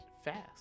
Fast